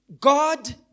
God